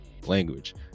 language